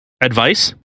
advice